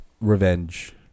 revenge